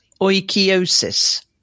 oikiosis